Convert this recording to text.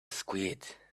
squid